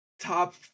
top